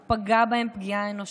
הוא פגע בהם פגיעה קשה אנושה.